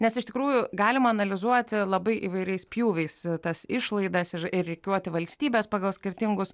nes iš tikrųjų galima analizuoti labai įvairiais pjūviais tas išlaidas ir rikiuoti valstybes pagal skirtingus